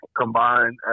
combined